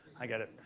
i get it.